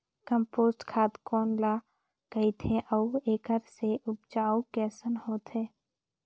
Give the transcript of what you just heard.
Compost खाद कौन ल कहिथे अउ एखर से उपजाऊ कैसन होत हे?